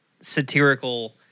satirical